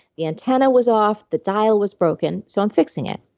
the antenna was off. the dial was broken, so i'm fixing it.